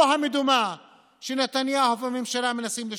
לא המדומה שנתניהו והממשלה מנסים לשווק: